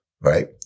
right